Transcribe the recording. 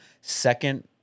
second